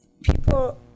People